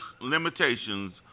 limitations